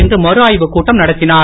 இன்று மறுஆய்வுக் கூட்டம் நடத்திஞர்